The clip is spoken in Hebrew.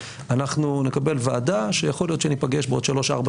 נקבל ועדה שיכול להיות שניפגש בעוד שלוש-ארבע